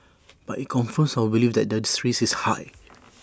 but IT confirms our belief that the threat is high